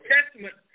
Testament